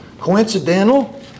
coincidental